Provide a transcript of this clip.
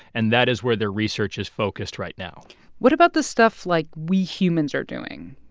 and that is where their research is focused right now what about the stuff, like, we humans are doing?